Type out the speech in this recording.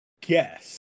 guess